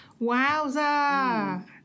Wowza